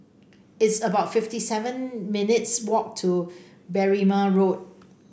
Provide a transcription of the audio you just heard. it's about fifty seven minutes' walk to Berrima Road